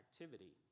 activity